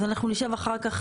אז אנחנו נשב אחר כך.